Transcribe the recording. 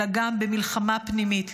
אלא גם במלחמה פנימית.